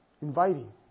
Inviting